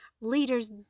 Leaders